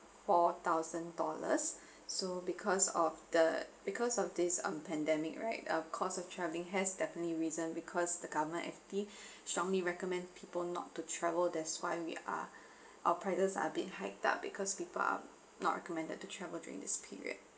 four thousand dollars so because of the because of this um pandemic right uh cost of travelling has definitely risen because the government acting strongly recommend people not to travel that's why we are our prices are a bit hiked up because people are not recommended to travel during this period